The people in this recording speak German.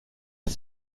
ist